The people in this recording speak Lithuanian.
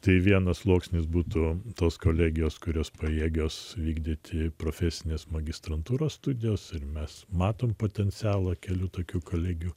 tai vienas sluoksnis būtų tos kolegijos kurios pajėgios vykdyti profesinės magistrantūros studijos ir mes matome potencialą kelių tokių kolegių